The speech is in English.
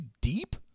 deep